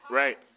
right